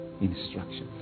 instruction